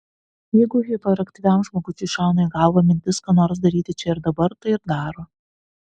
jeigu hiperaktyviam žmogučiui šauna į galvą mintis ką nors daryti čia ir dabar tai ir daro